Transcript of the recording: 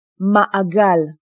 ma'agal